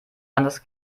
anders